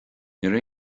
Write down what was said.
raibh